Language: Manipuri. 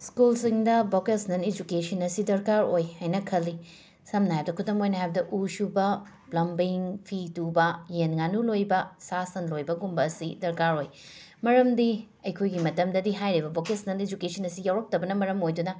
ꯁ꯭ꯀꯨꯜꯁꯤꯡꯗ ꯕꯣꯀꯦꯁꯅꯦꯜ ꯏꯖꯨꯀꯦꯁꯟ ꯑꯁꯤ ꯗꯔꯀꯥꯔ ꯑꯣꯏ ꯍꯥꯏꯅ ꯈꯜꯂꯤ ꯁꯝꯅ ꯍꯥꯏꯔꯕꯗ ꯈꯨꯗꯝ ꯑꯣꯏꯅ ꯍꯥꯏꯔꯕꯗ ꯎ ꯁꯨꯕ ꯄ꯭ꯂꯝꯕꯤꯡ ꯐꯤ ꯇꯨꯕ ꯌꯦꯟ ꯉꯥꯅꯨ ꯂꯣꯏꯕ ꯁꯥ ꯁꯟ ꯂꯣꯏꯕꯒꯨꯝꯕ ꯑꯁꯤ ꯗꯔꯀꯥꯔ ꯑꯣꯏ ꯃꯔꯝꯗꯤ ꯑꯩꯈꯣꯏꯒꯤ ꯃꯇꯝꯗꯗꯤ ꯍꯥꯏꯔꯤꯕ ꯕꯣꯀꯦꯁꯅꯦꯜ ꯏꯖꯨꯀꯦꯁꯟ ꯑꯁꯤ ꯌꯥꯎꯔꯛꯇꯕꯅ ꯃꯔꯝ ꯑꯣꯏꯗꯨꯅ